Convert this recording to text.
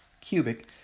cubic